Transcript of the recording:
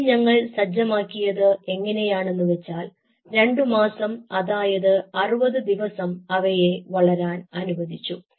ആദ്യം ഞങ്ങൾ സജ്ജമാക്കിയത് എങ്ങനെയാണെന്ന് വെച്ചാൽ രണ്ടു മാസം അതായത് 60 ദിവസം അവയെ വളരാൻ അനുവദിച്ചു